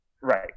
Right